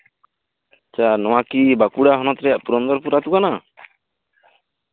ᱱᱚᱣᱟ ᱠᱤ ᱵᱟᱸᱠᱩᱲᱟ ᱦᱚᱱᱚᱛ ᱨᱮᱭᱟᱜ ᱯᱩᱨᱚᱱᱫᱚᱨᱯᱩᱨ ᱟᱛᱳ ᱠᱟᱱᱟ